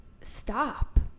stop